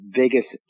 biggest